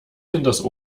hinters